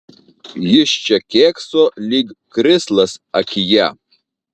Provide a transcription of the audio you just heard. jis čia kėkso lyg krislas akyje